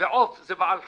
ועוף זה בעל חיים,